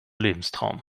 lebenstraum